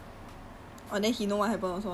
ya like close clique kind